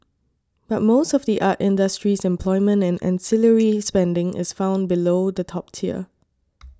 but most of the art industry's employment and ancillary spending is found below the top tier